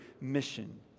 mission